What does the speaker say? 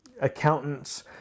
accountants